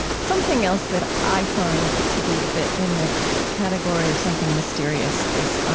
something else that i find to be a bit in the category of something mysterious is